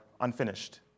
unfinished